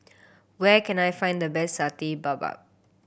where can I find the best Satay Babat